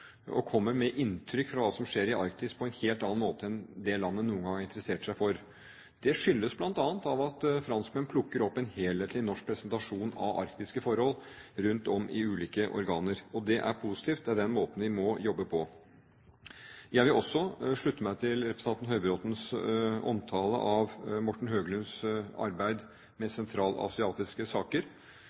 de kommer med inntrykk fra hva som skjer i Arktis, på en helt annen måte enn det landet noen gang har interessert seg for. Det skyldes bl.a. at franskmenn plukker opp en helhetlig norsk presentasjon av arktiske forhold rundt om i ulike organer. Det er positivt, det er den måten vi må jobbe på. Jeg vil også slutte meg til representanten Høybråtens omtale av Morten Høglunds arbeid med sentralasiatiske saker.